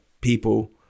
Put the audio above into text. people